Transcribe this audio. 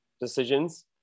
decisions